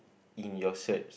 in your search